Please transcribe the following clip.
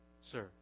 Sir